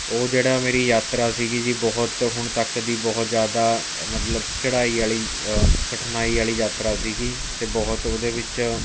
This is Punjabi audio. ਉਹ ਜਿਹੜਾ ਮੇਰੀ ਯਾਤਰਾ ਸੀ ਜੀ ਬਹੁਤ ਹੁਣ ਤੱਕ ਦੀ ਬਹੁਤ ਜ਼ਿਆਦਾ ਮਤਲਬ ਚੜ੍ਹਾਈ ਵਾਲੀ ਕਠਨਾਈ ਵਾਲੀ ਯਾਤਰਾ ਸੀ ਅਤੇ ਬਹੁਤ ਉਹਦੇ ਵਿੱਚ